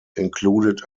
included